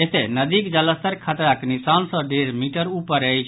एतय नदीक जलस्तर खतराक निशान सँ डेढ़ मीटर ऊपर अछि